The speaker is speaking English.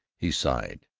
he sighed.